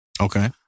Okay